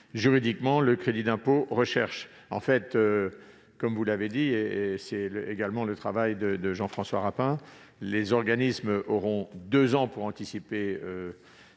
juridiquement le crédit d'impôt recherche. Comme vous l'avez souligné, et c'est également le travail de Jean-François Rapin, les organismes auront deux ans pour anticiper